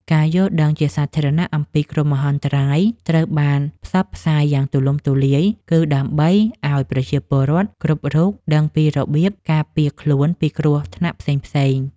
ការយល់ដឹងជាសាធារណៈអំពីគ្រោះមហន្តរាយត្រូវបានផ្សព្វផ្សាយយ៉ាងទូលំទូលាយ គឺដើម្បីឱ្យប្រជាពលរដ្ឋគ្រប់រូបដឹងពីរបៀបការពារខ្លួនពីគ្រោះថ្នាក់ផ្សេងៗ។